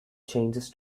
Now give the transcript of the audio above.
changes